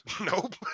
Nope